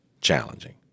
challenging